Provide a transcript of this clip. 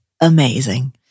amazing